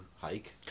hike